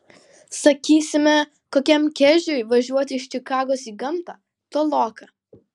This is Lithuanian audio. sakysime kokiam kežiui važiuoti iš čikagos į gamtą toloka